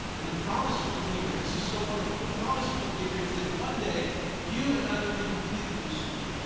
and the promise for the believer, and this is so wonderful, the promise for the believer is that one day you and i will be completely restored.